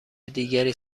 دیگری